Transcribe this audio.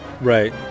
right